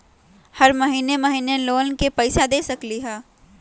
हम महिने महिने लोन के पैसा दे सकली ह?